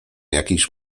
jakiś